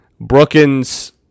Brookins